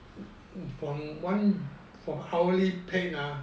from one for hourly paid ah